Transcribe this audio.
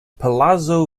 palazzo